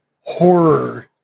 horror